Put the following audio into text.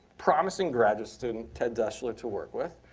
promising graduate student, ted deschler, to work with.